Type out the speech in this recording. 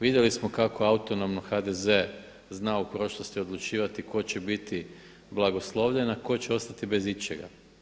Vidjeli smo kako autonomno HDZ zna u prošlosti odlučivati tko će biti blagoslovljen a tko će ostati bez ičega.